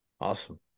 awesome